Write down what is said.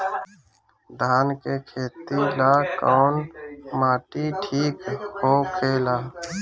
धान के खेती ला कौन माटी ठीक होखेला?